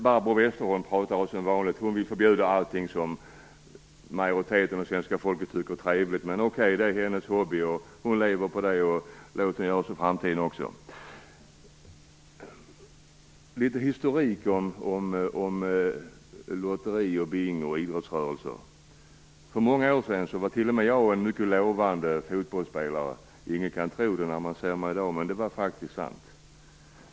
Barbro Westerholm vill, som vanligt, förbjuda allting som en majoritet av svenska folket tycker är trevligt. Men okej, det är hennes hobby. Hon lever på detta, och låt henne göra det i framtiden också! För många år sedan var t.o.m. jag en mycket lovande fotbollsspelare. Ingen kan tro det som ser mig i dag, men det är faktiskt sant.